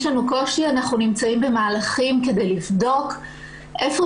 אנחנו נמצאים במהלכים כדי לבדוק היכן